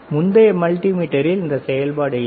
முந்தைய மல்டிமீட்டரில் இந்த செயல்பாடு இல்லை